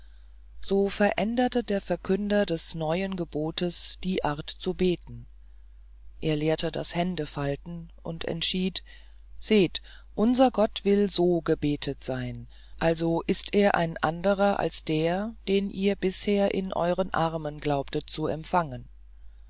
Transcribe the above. so veränderte der verkünder des neuen gebotes die art zu beten er lehrte das händefalten und entschied seht unser gott will so gebeten sein also ist er ein anderer als der den ihr bisher in euren armen glaubtet zu empfangen